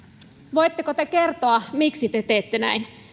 voitteko te kertoa miksi te teette näin